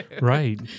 Right